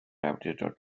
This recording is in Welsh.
awdurdod